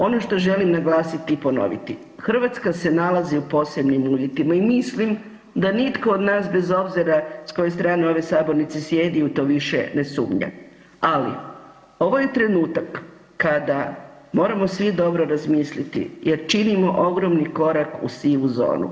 Ono što želim naglasiti i ponoviti Hrvatska se nalazi u posebnim uvjetima i mislim da nitko od nas bez obzira s koje strane ove sabornice sjedi u to više ne sumnja, ali ovo je trenutak kada moramo svi dobro razmisliti jer činimo ogromni korak u sivu zonu.